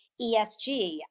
ESG